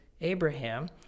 Abraham